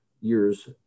years